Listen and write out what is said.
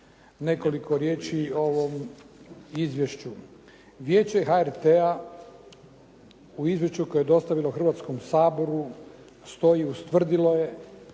nekoliko riječi o ovom izvješću. Vijeće HRT-a u izvješću koje je dostavilo Hrvatskom saboru stoji, ustvrdilo je